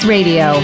Radio